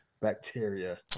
bacteria